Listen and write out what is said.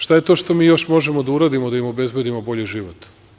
Šta je to što mi još možemo da uradimo da im obezbedimo bolji život?